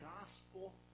gospel